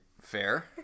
Fair